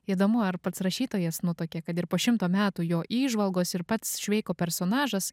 įdomu ar pats rašytojas nutuokė kad ir po šimto metų jo įžvalgos ir pats šveiko personažas